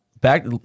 back